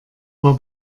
war